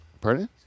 Pardon